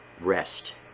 rest